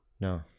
No